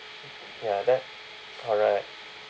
ya that correct